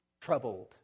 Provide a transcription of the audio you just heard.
troubled